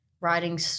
writing